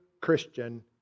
Christian